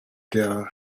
der